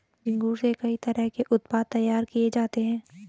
झींगुर से कई तरह के उत्पाद तैयार किये जाते है